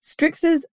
Strixes